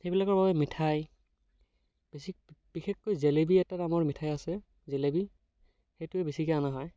সেইবিলাকৰ বাবে মিঠাই বেছি বিশেষকৈ জেলেবি এটা নামৰ মিঠাই আছে জেলেবি সেইটোৱে বেছিকৈ অনা হয়